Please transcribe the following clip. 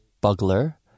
bugler